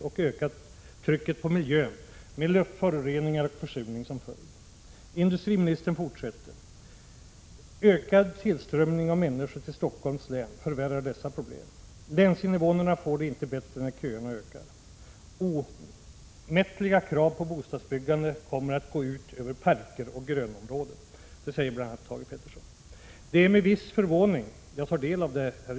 Det har ökat trycket på miljön med luftföroreningar och försurning som följd. Industriministern fortsätter: Ökad tillströmning av människor till Stockholms län förvärrar dessa problem. Länsinvånarna får det inte bättre när köerna ökar. Omättliga krav på bostadsbyggande kommer att gå ut över parker och grönområden. BI. a. detta säger alltså Thage Peterson. Det är med en viss förvåning jag tar del av uttalandet.